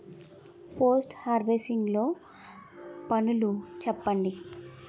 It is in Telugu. పోస్ట్ హార్వెస్టింగ్ లో పనులను చెప్పండి?